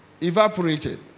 evaporated